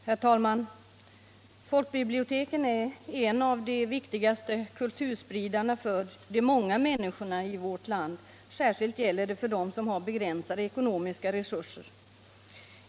Herr talman! Folkbiblioteken är en av de viktigaste kulturspridarna för de många människorna i vårt land. Särskilt gäller det för dem som har begränsade ekonomiska resurser.